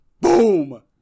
boom